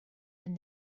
and